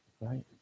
Right